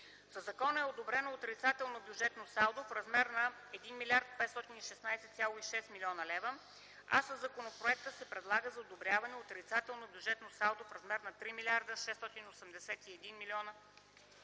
Със закона е одобрено отрицателно бюджетно салдо в размер на 1 млрд. 516,6 млн. лв., а със законопроекта се предлага за одобряване отрицателно бюджетно салдо в размер на 3 млрд. 681,2 млн.